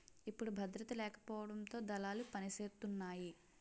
ఇప్పుడు భద్రత లేకపోవడంతో దళాలు పనిసేతున్నాయి